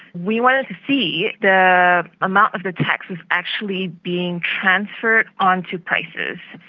we wanted to see the amount of the taxes actually being transferred onto prices,